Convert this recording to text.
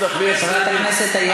אתה נשארת רק כשהרשימה המשותפת,